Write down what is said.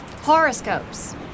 Horoscopes